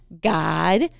God